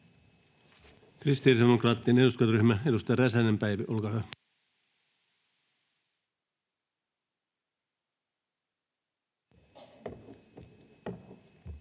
Kristillisdemokraattien eduskuntaryhmä, edustaja Räsänen, Päivi, olkaa hyvä.